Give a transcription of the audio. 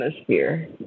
atmosphere